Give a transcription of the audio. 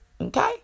Okay